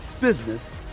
business